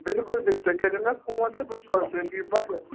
بِلکُل بِلکُل تُہۍ کٔرۍزیٚو مےٚ فون تہٕ بہٕ سوزٕ تۄہہِ پٮ۪وٕ پَتہٕ